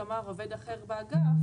לומר "עובד אחר באגף,